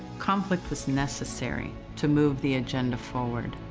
conflict was necessary to move the agenda forward.